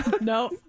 No